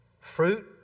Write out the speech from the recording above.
Fruit